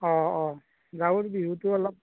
অঁ অঁ গাঁৱৰ বিহুটো অলপ